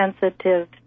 sensitive